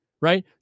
right